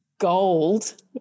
gold